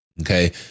okay